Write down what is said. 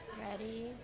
Ready